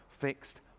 fixed